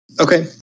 Okay